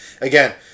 again